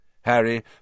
Harry